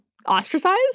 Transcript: ostracized